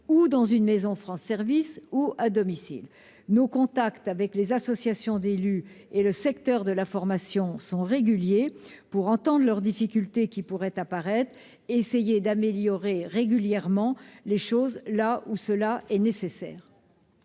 dans les maisons France Services ou à domicile. Nos contacts avec les associations d'élus et le secteur de la formation sont réguliers, afin d'entendre les difficultés qui pourraient se faire jour et d'améliorer les choses là où c'est nécessaire.